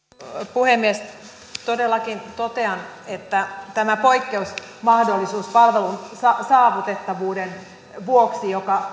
puhemies todellakin totean että tätä poikkeusmahdollisuutta palvelun saavutettavuuden vuoksi joka